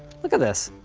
look at this.